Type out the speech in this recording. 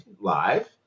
live